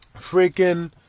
Freaking